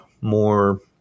more